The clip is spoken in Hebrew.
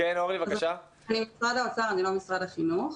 אני משרד האוצר, אני לא משרד החינוך.